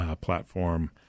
platform